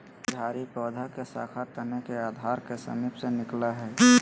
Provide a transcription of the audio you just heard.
झाड़ी पौधा के शाखा तने के आधार के समीप से निकलैय हइ